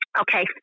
okay